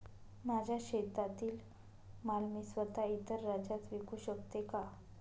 माझ्या शेतातील माल मी स्वत: इतर राज्यात विकू शकते का?